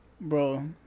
bro